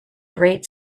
great